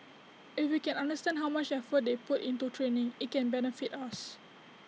if we can understand how much effort they put into training IT can benefit us